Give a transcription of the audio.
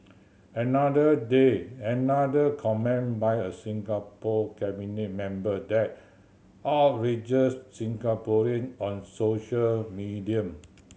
another day another comment by a Singapore cabinet member that outrages Singaporean on social media